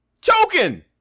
choking